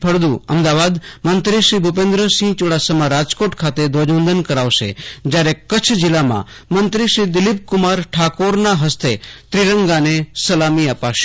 ફળદુ અમદાવાદ મંત્રી ભૂપેન્દ્રસિંહ ચુડાસમા રાજકોટ ખાતે ધ્વજવંદન કરાવશે જ્યારે કચ્છમાં દિલીપકુમાર ઠાકોરના હસ્તે ત્રિરંગાને સલામી અપાશે